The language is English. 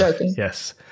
yes